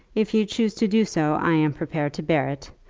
if you choose to do so, i am prepared to bear it.